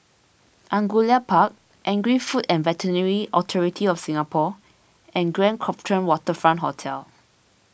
Angullia Park Agri Food and Veterinary Authority of Singapore and Grand Copthorne Waterfront Hotel